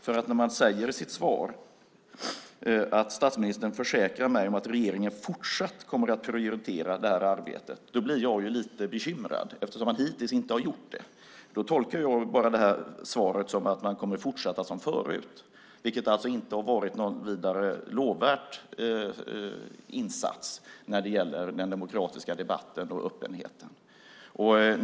När statsministern i sitt svar försäkrar mig att regeringen fortsatt kommer att prioritera det här arbetet blir jag lite bekymrad, eftersom man hittills inte har gjort det. Då tolkar jag det här svaret som att man kommer att fortsätta som förut, vilket alltså inte har varit någon vidare lovvärd insats när det gäller den demokratiska debatten och öppenheten.